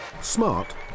Smart